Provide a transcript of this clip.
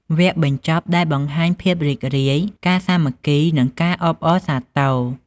វគ្គបញ្ចប់ដែលបង្ហាញភាពរីករាយ ការសាមគ្គី និងការអបអរសាទរ។